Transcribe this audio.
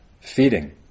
feeding